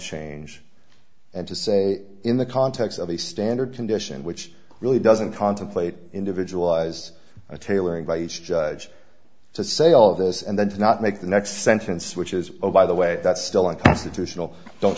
change and to say in the context of a standard condition which really doesn't contemplate individual was a tailoring by each judge to say all of this and then to not make the next sentence which is oh by the way that's still unconstitutional don't